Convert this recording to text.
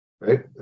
right